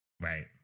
Right